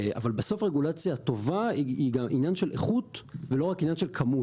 אבל בסוף רגולציה טובה היא גם עניין של איכות ולא רק עניין של כמות.